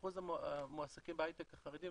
אחוז החרדים המועסקים בהייטק זה